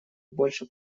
больше